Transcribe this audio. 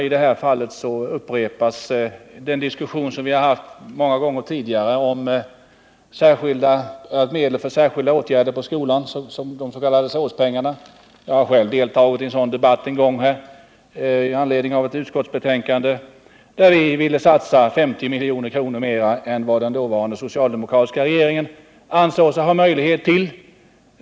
I det här fallet upprepas den diskussion som förts många gånger tidigare om medel för särskilda åtgärder på skolans område, de s.k. SÅS-pengarna. Jag har själv deltagit i en sådan debatt med anledning av ett utskottsbetänkande, där vi ville satsa 50 milj.kr. mera än den dåvarande socialdemokratiska regeringen ansåg sig ha möjlighet till.